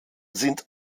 sind